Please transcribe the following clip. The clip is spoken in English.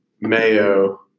mayo